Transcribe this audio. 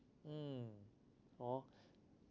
mm oh